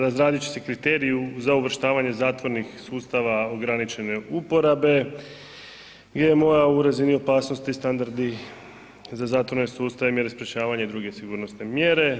Razraditi će se kriteriji za uvrštavanje zatvornih sustava ograničene uporabe GMO-a u razini opasnosti i standardi za zatvorne sustave i mjere sprječavanja i druge sigurnosne mjere.